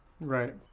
right